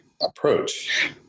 approach